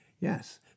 Yes